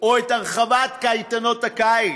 או את הרחבת קייטנות הקיץ.